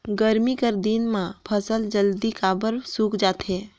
गरमी कर दिन म फसल जल्दी काबर सूख जाथे?